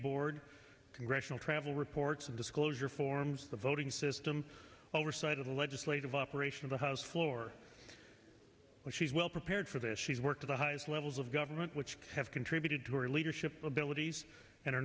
board congressional travel reports and disclosure forms the voting system oversight of the legislative operation of the house floor she's well prepared for this she's worked at the highest levels of government which have contributed to her leadership abilities and